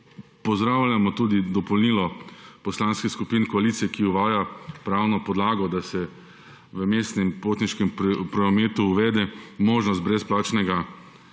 pozdravljamo tudi dopolnilo poslanskih skupin koalicije, ki uvaja pravno podlago, da se v mestnem potniškem prometu uvede možnost brezplačnega